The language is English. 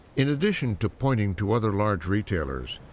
in addition to pointing to other large retailers,